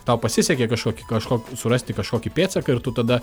tau pasisekė kažkokį kažkok surasti kažkokį pėdsaką ir tu tada